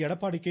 Edappadi K